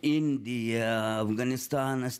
indija afganistanas